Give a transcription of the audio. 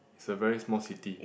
is a very small city